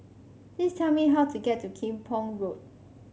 please tell me how to get to Kim Pong Road